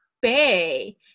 Bay